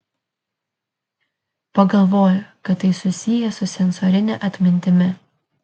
pagalvojo kad tai susiję su sensorine atmintimi